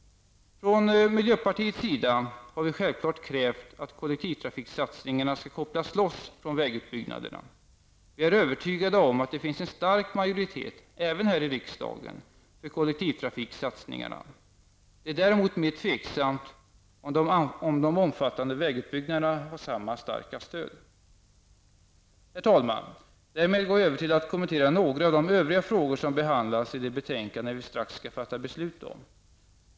Från miljöpartiets sida har vi självklart krävt att kollektivtrafiksatsningarna skall kopplas loss från vägutbyggnaderna. Vi är övertygade om att det finns en stark majoritet även här i riksdagen för kollektivtrafiksatsningarna. Det är däremot mer tveksamt om de omfattande vägutbyggnaderna har samma starka stöd. Herr talman! Därmed går jag över till att kommentera några av de övriga frågor som behandlas i det betänkande vi strax skall fatta beslut om.